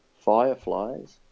fireflies